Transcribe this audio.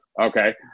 Okay